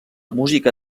música